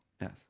yes